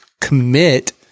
commit